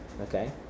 Okay